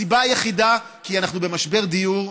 הסיבה היחידה, כי אנחנו במשבר דיור,